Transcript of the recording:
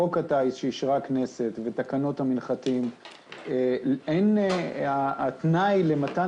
חוק הטיס שאישרה הכנסת ותקנות המנחתים התנאי למתן